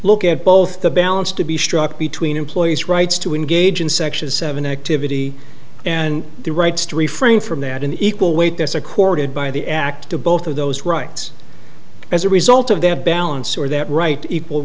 look at both the balance to be struck between employees rights to engage in section seven activity and the rights to refrain from that in equal weight this accorded by the act to both of those rights as a result of that balance or that right to equal